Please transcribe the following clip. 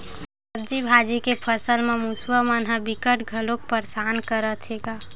सब्जी भाजी के फसल म मूसवा मन ह बिकट घलोक परसान करथे गा